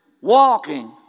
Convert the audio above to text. walking